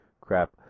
Crap